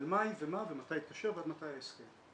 על מהי ומה ומתי התקשר ועד מתי ההסכם.